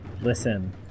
Listen